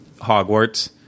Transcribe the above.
Hogwarts